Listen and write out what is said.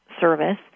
service